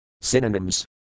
Synonyms